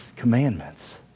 commandments